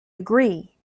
agree